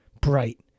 bright